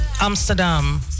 Amsterdam